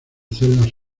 celdas